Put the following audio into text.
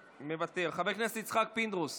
מוותר, חבר הכנסת יצחק פינדרוס,